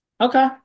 Okay